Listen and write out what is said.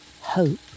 hope